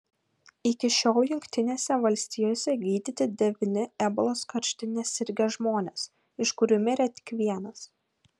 iki šiol jungtinėse valstijose gydyti devyni ebolos karštine sirgę žmonės iš kurių mirė tik vienas